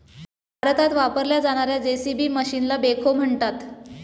भारतात वापरल्या जाणार्या जे.सी.बी मशीनला बेखो म्हणतात